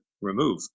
remove